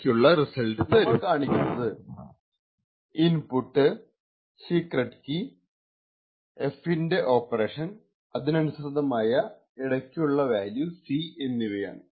ഈ ചിത്രം ലഘൂകരിക്കാനായി നമ്മൾ കാണിക്കുന്നത് ഇൻപുട്ട് സീക്രെട്ട് കീ f ന്റെ ഓപ്പറേഷൻ അതിനനുസൃതമായ ഇടക്കുള്ള വാല്യൂ C എന്നിവയാണ്